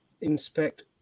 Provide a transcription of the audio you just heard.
inspect